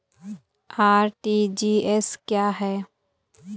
RTGS क्या है?